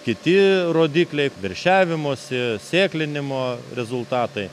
kiti rodikliai veršiavimosi sėklinimo rezultatai